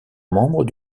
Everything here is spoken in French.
membre